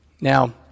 Now